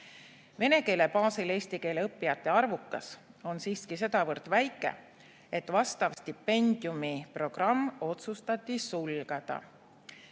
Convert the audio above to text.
Vene keele baasil eesti keele õppijate arv on siiski sedavõrd väike, et stipendiumiprogramm otsustati sulgeda.